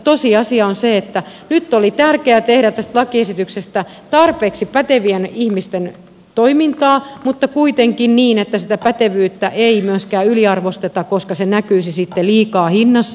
tosiasia on se että nyt oli tärkeää tehdä tästä lakiesityksestä tarpeeksi pätevien ihmisten toimintaa mutta kuitenkin niin että sitä pätevyyttä ei myöskään yliarvosteta koska se näkyisi sitten liikaa hinnassa